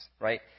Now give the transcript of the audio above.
right